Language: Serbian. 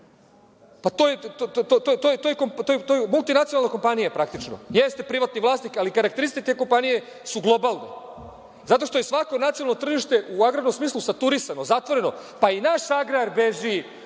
To je multinacionalna kompanija praktično. Jeste privatni vlasnik, ali karakteristike te kompanije su globalne. Zato što je svako nacionalno tržište, u agrarnom smislu, saturisano, zatvoreno, pa i naš agrar beži,